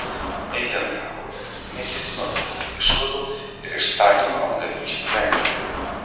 eizenhaueris neketino daryti išvadų ir iš stalino apgavysčių lenkijoje